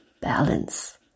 balance